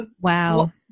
Wow